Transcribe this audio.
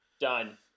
done